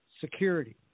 security